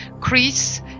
Chris